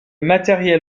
matériel